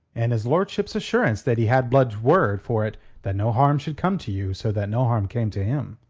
and his lordship's assurance that he had blood's word for it that no harm should come to you so that no harm came to him.